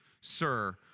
Sir